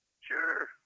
Sure